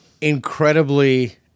incredibly